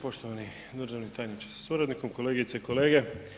Poštovani državni tajniče sa suradnikom, kolegice i kolege.